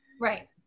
Right